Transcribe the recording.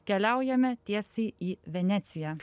keliaujame tiesiai į veneciją